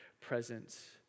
presence